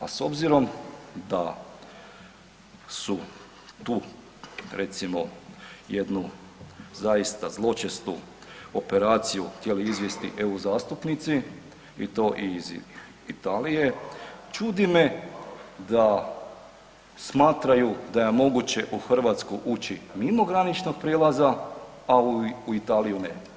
A s obzirom da su tu recimo jednu zaista zločestu operaciju htjeli izvesti EU zastupnici i to iz Italije čudi me da smatraju da je moguće u Hrvatsku ući mimo graničnog prijelaza, a u Italiju ne.